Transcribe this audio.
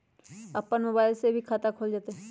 अपन मोबाइल से भी खाता खोल जताईं?